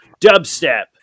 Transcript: dubstep